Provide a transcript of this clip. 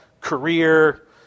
career